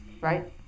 right